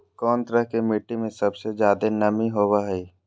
कौन तरह के मिट्टी में सबसे जादे नमी होबो हइ?